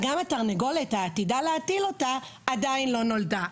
גם התרנגולת העתידה להטיל אותה עדיין לא נולדה.